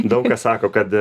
daug kas sako kad